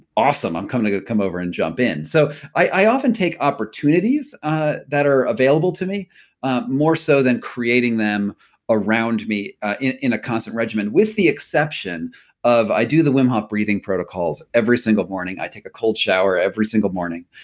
awesome. i'm coming ah over and jump in. so i often take opportunities ah that are available to me more so than creating them around me ah in in a concept regimen with the exception of i do the wim hof protocols every single morning. i take a cold shower every single morning.